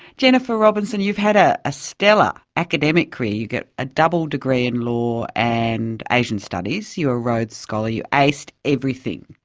jennifer robinson, you've had ah a stellar academic career. you've got a double degree in law and asian studies, you're a rhodes scholar you aced everything.